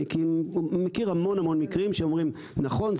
אני מכיר המון המון מקרים שאומרים: נכון,